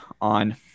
on –